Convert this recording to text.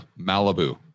Malibu